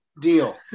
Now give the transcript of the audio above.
deal